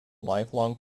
lifelong